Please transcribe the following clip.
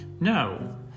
No